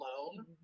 alone